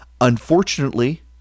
unfortunately